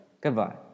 Goodbye